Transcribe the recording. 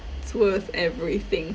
worth everything